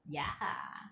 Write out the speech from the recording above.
ya